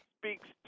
speaks